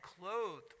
clothed